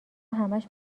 همش